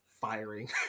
firing